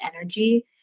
energy